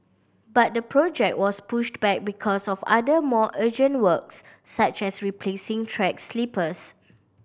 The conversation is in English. but the project was pushed back because of other more urgent works such as replacing track sleepers